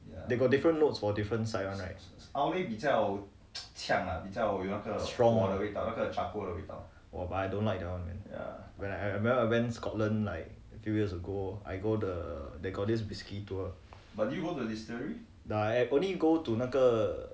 they got different roads for different side one right strong oh but I don't like that one eh when I had remember I went scotland like a few years ago I go the they got this whisky tour nah I only go to 那个